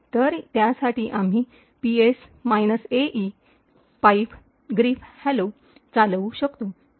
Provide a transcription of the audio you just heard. तर त्यासाठी आम्ही PS ae । Grep hello ps ae । grep hello चालवू शकतो